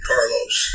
Carlos